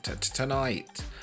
tonight